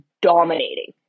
dominating